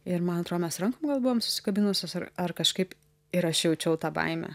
ir man atrodo mes rankom gal buvom susikabinusios ar ar kažkaip ir aš jaučiau tą baimę